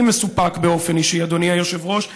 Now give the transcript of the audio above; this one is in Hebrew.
אני מסופק, באופן אישי, אדוני היושב-ראש.